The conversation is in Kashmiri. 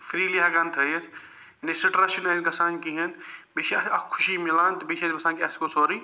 فرٛیٖلی ہیٚکان تھٲیِتھ یعنی سِٹرس چھُنہٕ اسہِ گَژھان کِہیٖنۍ بیٚیہِ چھِ اسہِ اَکھ خوشی میلان تہٕ بیٚیہِ چھُ اسہِ باسان کہِ اسہِ گوٚو سورٕے